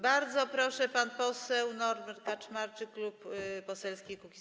Bardzo proszę, pan poseł Norbert Kaczmarczyk, Klub Poselski Kukiz’15.